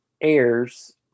airs